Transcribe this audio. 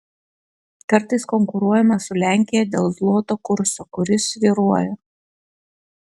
kartais konkuruojame su lenkija dėl zloto kurso kuris svyruoja